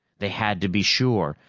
they had to be sure.